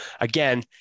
again